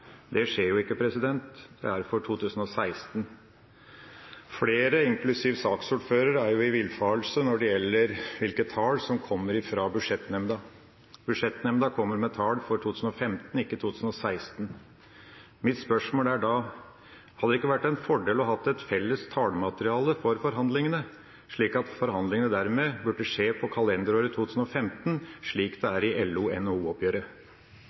Det skjer jo ikke, det er for 2016. Flere, inklusiv saksordfører, er i villfarelse når det gjelder hvilke tall som kommer fra Budsjettnemnda. Budsjettnemnda kommer med tall for 2015, ikke for 2016. Mitt spørsmål er da: Hadde det ikke vært en fordel å ha et felles tallmateriale for forhandlingene, slik at forhandlingene dermed burde skje for kalenderåret 2015, slik det er i